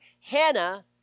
Hannah